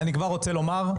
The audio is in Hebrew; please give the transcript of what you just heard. אני כבר רוצה לומר,